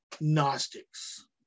Gnostics